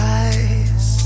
eyes